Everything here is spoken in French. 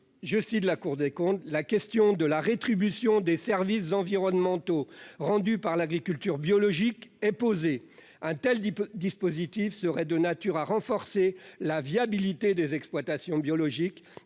de la Cour des comptes souligne :« La question de la rétribution des services environnementaux rendus par l'agriculture bio est posée. Un tel dispositif serait de nature à renforcer la viabilité des exploitations biologiques